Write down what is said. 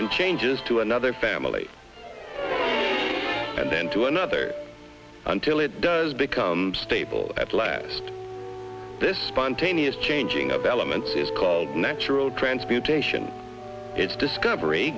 and changes to another family and then to another until it does become stable at last this spontaneous changing of elements is called natural transmutation its discovery